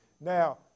Now